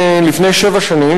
לפני שבע שנים,